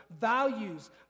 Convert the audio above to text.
values